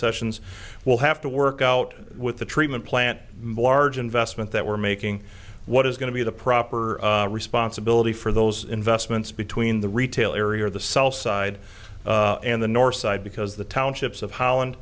sessions will have to work out with the treatment plant barge investment that we're making what is going to be the proper responsibility for those investments between the retail area or the sell side and the north side because the townships of holland